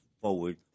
forward